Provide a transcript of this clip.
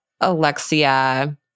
Alexia